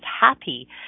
happy